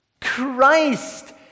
Christ